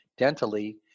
dentally